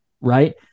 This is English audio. right